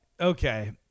Okay